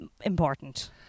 Important